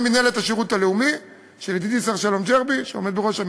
מינהלת השירות הלאומי של ידידי שר-שלום ג'רבי שעומד בראשה.